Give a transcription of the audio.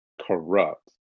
corrupt